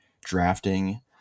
drafting